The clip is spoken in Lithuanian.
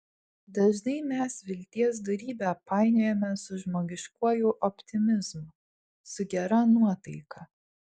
dažnai mes vilties dorybę painiojame su žmogiškuoju optimizmu su gera nuotaika